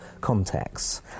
contexts